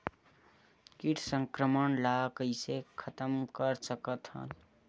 कीट संक्रमण ला कइसे खतम कर सकथन?